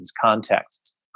contexts